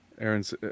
Aaron's